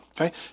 okay